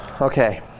okay